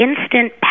instant